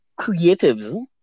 creatives